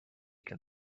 can